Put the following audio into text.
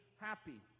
happy